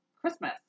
Christmas